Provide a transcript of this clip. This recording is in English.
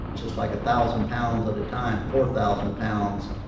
just like a thousand pounds at a time, four thousand pounds.